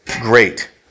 great